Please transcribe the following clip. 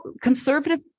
conservative